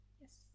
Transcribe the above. Yes